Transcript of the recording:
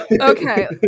okay